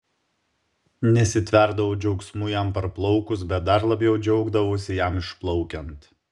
nesitverdavau džiaugsmu jam parplaukus bet dar labiau džiaugdavausi jam išplaukiant